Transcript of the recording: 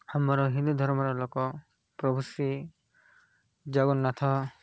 ଆମର ହିନ୍ଦୁ ଧର୍ମର ଲୋକ ପ୍ରଭୁ ଶ୍ରୀ ଜଗନ୍ନାଥ